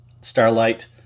starlight